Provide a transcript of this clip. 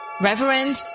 Reverend